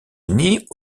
unis